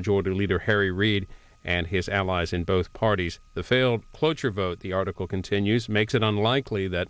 majority leader harry reid and his allies in both parties the failed cloture vote the article continues makes it unlikely that